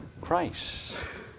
Christ